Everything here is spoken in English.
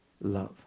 love